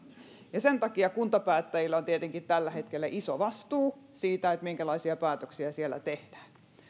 sen takia kuntapäättäjillä on tietenkin tällä hetkellä iso vastuu siinä minkälaisia päätöksiä siellä tehdään